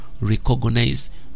recognize